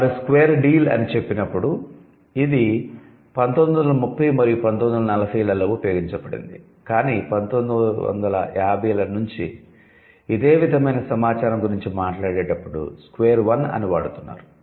వారు 'square deal' అని చెప్పినప్పుడు ఇది 1930 మరియు 1940 లలో ఉపయోగించబడింది కానీ 1950 ల నుంచి ఇదే విధమైన సమాచారం గురించి మాట్లాడేటప్పుడు 'స్క్వేర్ వన్' అని వాడుతున్నారు